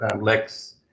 Lex